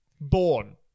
Born